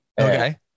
Okay